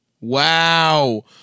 Wow